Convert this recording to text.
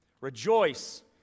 Rejoice